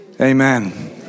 Amen